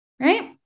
right